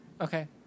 Okay